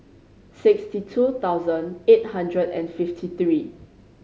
sixty two thousand eight hundred and fifty three